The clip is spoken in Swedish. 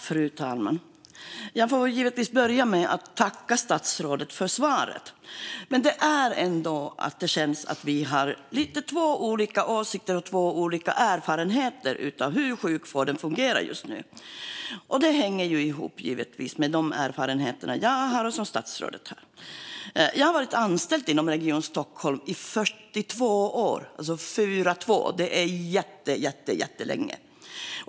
Fru talman! Jag får börja med att tacka statsrådet för svaret. Men det är ändå som att vi har två olika åsikter om och två olika erfarenheter av hur sjukvården fungerar just nu. Det hänger givetvis ihop med de erfarenheter som jag har och som statsrådet har. Jag har varit anställd inom Region Stockholm i 42 år. Det är jättelänge.